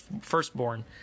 firstborn